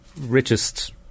richest